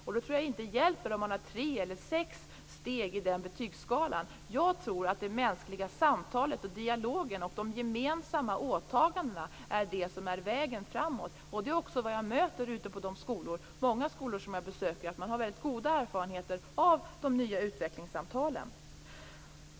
Och jag tror inte att det hjälper om man har tre eller sex steg i betygsskalan. Jag tror att det mänskliga samtalet, dialogen och de gemensamma åtagandena är vägen framåt. Det är också vad jag möter ute på många skolor som jag besöker. Man har väldigt goda erfarenheter av de nya utvecklingssamtalen.